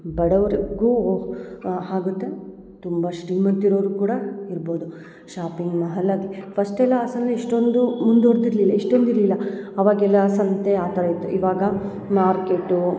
ಬಡವ್ರಿಗೂ ಆಗುತ್ತೆ ತುಂಬ ಶ್ರೀಮಂತ್ರ್ ಇರೋರು ಕೂಡ ಇರ್ಬೋದು ಶಾಪಿಂಗ್ ಮಾಲಾಗಲಿ ಫಸ್ಟೆಲ್ಲ ಹಾಸನಲ್ಲಿ ಇಷ್ಟೊಂದು ಮುಂದುವರ್ದಿರ್ಲಿಲ್ಲ ಇಷ್ಟೊಂದು ಇರಲಿಲ್ಲ ಅವಾಗೆಲ್ಲ ಸಂತೆ ಆ ಥರ ಇತ್ತು ಇವಾಗ ಮಾರ್ಕೆಟ್ಟೂ